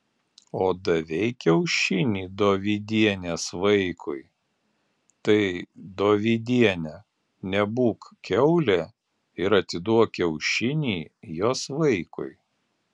o davei kiaušinį dovydienės vaikui tai dovydiene nebūk kiaulė ir atiduok kiaušinį jos vaikui